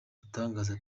ibitangaza